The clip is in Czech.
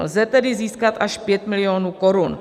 Lze tedy získat až 5 milionů korun.